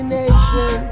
nation